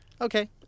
Okay